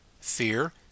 Fear